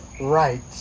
right